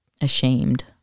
ashamed